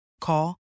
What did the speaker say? Call